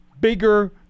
bigger